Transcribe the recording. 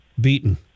beaten